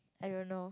I don't know